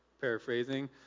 paraphrasing